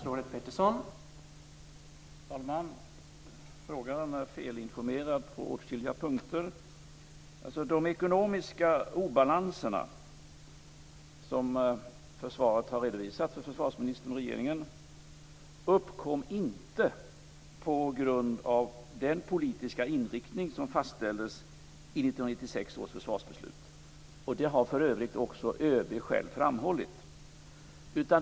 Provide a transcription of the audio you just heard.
Herr talman! Frågeställaren är felinformerad på åtskilliga punkter. De ekonomiska obalanser som försvaret har redovisat för försvarsministern och regeringen uppkom inte på grund av den politiska inriktning som fastställdes i 1996 års försvarsbeslut. Det har för övrigt också ÖB själv framhållit.